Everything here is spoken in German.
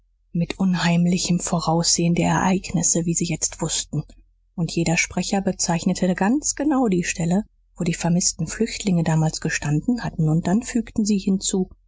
mit unheimlichem voraussehen der ereignisse wie sie jetzt wußten und jeder sprecher bezeichnete ganz genau die stelle wo die vermißten flüchtlinge damals gestanden hatten und dann fügten sie hinzu